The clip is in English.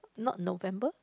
not November